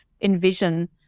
envision